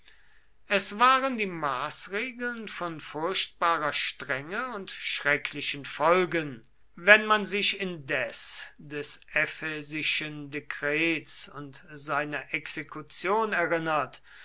es waren die maßregeln von furchtbarer strenge und schrecklichen folgen wenn man sich indes des ephesischen dekrets und seiner exekution erinnert